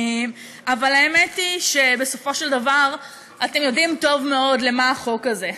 אבל האמת היא שבסופו של דבר אתם יודעים טוב מאוד למה החוק הזה.